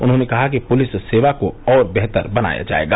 उन्होंने कहा कि पुलिस सेवा को और बेहतर बनाया जायेगा